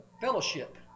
Fellowship